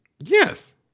Yes